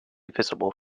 visible